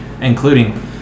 including